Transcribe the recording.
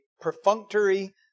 perfunctory